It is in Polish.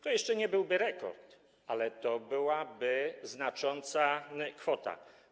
To jeszcze nie byłby rekord, ale to byłaby znacząca kwota.